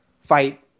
fight